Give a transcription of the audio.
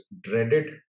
dreaded